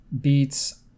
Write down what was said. beats